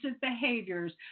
behaviors